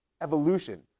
evolution